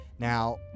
Now